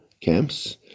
camps